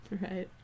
Right